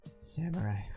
samurai